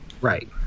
Right